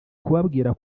kubabwira